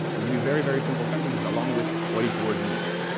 we give you very very simple sentences along with what each word means.